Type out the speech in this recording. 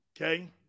Okay